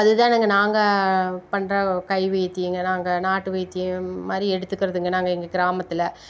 அதுதானுங்க நாங்கள் பண்ணுற கைவைத்தியம்ங்க நாங்கள் நாட்டு வைத்தியம் மாதிரி எடுத்துக்கிறதுங்க நாங்கள் எங்கள் கிராமத்தில்